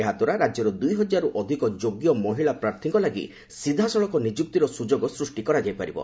ଏହାଦ୍ୱାରା ରାଜ୍ୟର ଦୁଇ ହଜାରରୁ ଅଧିକ ଯୋଗ୍ୟ ମହିଳା ପ୍ରାର୍ଥୀଙ୍କ ଲାଗି ସିଧାସଳଖ ନିଯୁକ୍ତିର ସୁଯୋଗ ସୃଷ୍ଟି କରାଯାଇ ପାରିବ